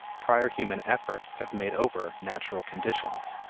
prior human efforts have made over natural conditions.